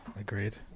Agreed